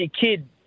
kid